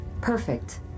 Perfect